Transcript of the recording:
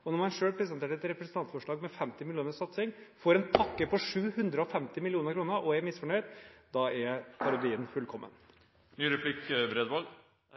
– når de selv presenterte et representantforslag med 50 mill. kr i satsing – får en pakke på 750 mill. kr og er misfornøyd, er parodien fullkommen. Jeg